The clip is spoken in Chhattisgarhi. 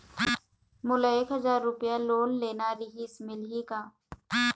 मोला एक हजार रुपया लोन लेना रीहिस, मिलही का?